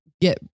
get